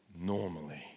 normally